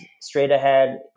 straight-ahead